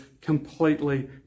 completely